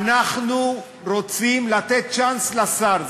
אנחנו רוצים לתת צ'אנס לשר.